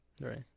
right